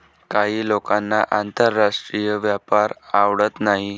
काही लोकांना आंतरराष्ट्रीय व्यापार आवडत नाही